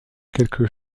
quelques